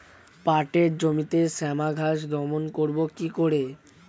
পাটের জমিতে শ্যামা ঘাস দমন করবো কি করে?